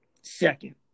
second